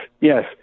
yes